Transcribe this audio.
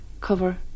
cover